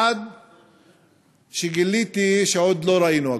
עד שגיליתי שעוד לא ראינו הכול.